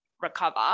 recover